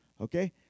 Okay